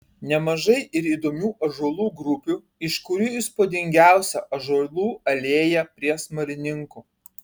nemažai ir įdomių ąžuolų grupių iš kurių įspūdingiausia ąžuolų alėja prie smalininkų